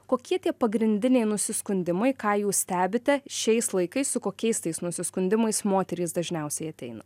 kokie tie pagrindiniai nusiskundimai ką jūs stebite šiais laikais su kokiais tais nusiskundimais moterys dažniausiai ateina